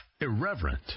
irreverent